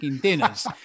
dinners